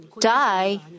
die